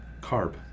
carb